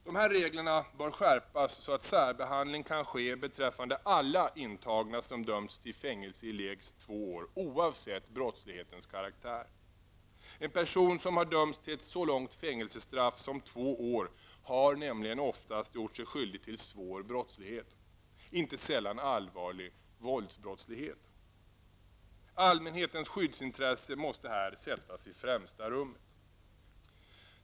Dessa regler bör skärpas så att särbehandling kan ske beträffande alla intagna som har dömts till fängelse i lägst två år oavsett brottslighetens karaktär. En person som har dömts till ett så långt fängelsestraff som två år har nämligen oftast gjort sig skyldig till svår brottslighet, inte sällan allvarliga våldsbrott. Allmänhetens skyddsintresse måste här sättas i främsta rummet.